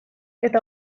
eta